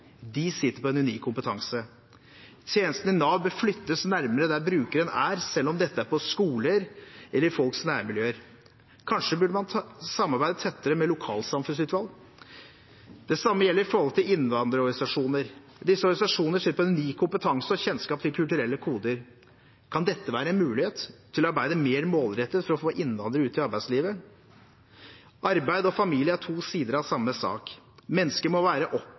De sitter på en unik kompetanse. Tjenestene i Nav bør flyttes nærmere der brukeren er, selv om dette er på skoler eller i folks nærmiljøer. Kanskje man burde samarbeidet tettere med lokalsamfunnsutvalg. Det samme gjelder innvandrerorganisasjoner. Disse organisasjonene sitter på en unik kompetanse og kjennskap til kulturelle koder. Kan dette være en mulighet til å arbeide mer målrettet for å få innvandrere ut i arbeidslivet? Arbeid og familie er to sider av samme sak. Mennesker må være